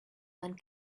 and